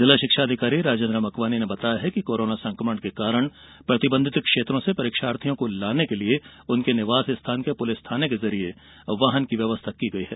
जिला शिक्षा अधिकारी राजेन्द्र मकवानी ने बताया कि कोरोना संक्रमण के कारण प्रतिबंधित क्षेत्रों से परीक्षार्थियों को लाने के लिए उनके निवास स्थान के पुलिस थाना से वाहन की व्यवस्था की गई है